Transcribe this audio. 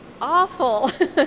awful